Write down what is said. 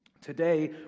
Today